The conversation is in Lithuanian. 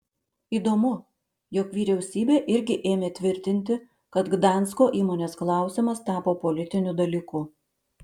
įdomu jog vyriausybė irgi ėmė tvirtinti kad gdansko įmonės klausimas tapo politiniu dalyku